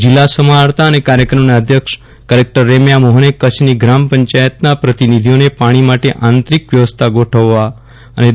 જીલ્લા સમાફર્તા અને કાર્યક્રમના અધ્યક્ષ કલેકટર રેમ્યા મોફને કચ્છની ગ્રામ પંચાયતના પ્રતિનિધીઓને પાણી માટે આંતરિક વ્યવસ્થા ગોઠવવા જણાવ્યું હતું